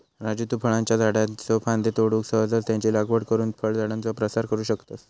राजू तु फळांच्या झाडाच्ये फांद्ये तोडून सहजच त्यांची लागवड करुन फळझाडांचो प्रसार करू शकतस